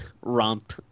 romp